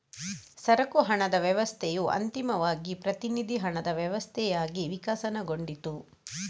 ಸರಕು ಹಣದ ವ್ಯವಸ್ಥೆಯು ಅಂತಿಮವಾಗಿ ಪ್ರತಿನಿಧಿ ಹಣದ ವ್ಯವಸ್ಥೆಯಾಗಿ ವಿಕಸನಗೊಂಡಿತು